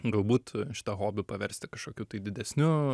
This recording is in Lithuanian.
galbūt šitą hobį paversti kažkokiu tai didesniu